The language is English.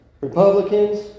Republicans